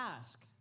ask